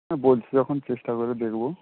হ্যাঁ বলছো যখন চেষ্টা করে দেখবো